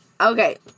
Okay